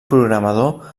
programador